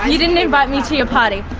you didn't invite me to your party.